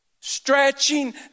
Stretching